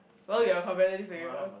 so you are competitive with her